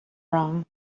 wrong